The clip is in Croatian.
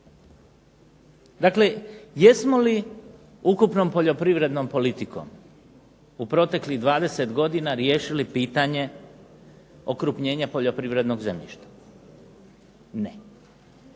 Dakle, jesmo li ukupnom poljoprivrednom politikom u proteklih 20 godina riješili pitanje okrupnjenja poljoprivrednog zemljišta. Ne.